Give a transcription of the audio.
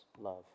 love